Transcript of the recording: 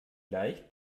leicht